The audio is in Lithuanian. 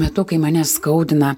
metu kai mane skaudina